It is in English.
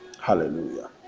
Hallelujah